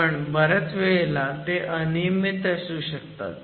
पण बऱ्याच वेळेला ते अनियमित असू शकतात